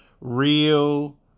real